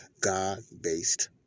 God-based